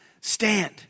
stand